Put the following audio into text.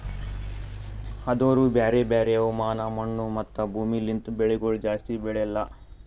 ಆದೂರು ಬ್ಯಾರೆ ಬ್ಯಾರೆ ಹವಾಮಾನ, ಮಣ್ಣು, ಮತ್ತ ಭೂಮಿ ಲಿಂತ್ ಬೆಳಿಗೊಳ್ ಜಾಸ್ತಿ ಬೆಳೆಲ್ಲಾ